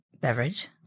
beverage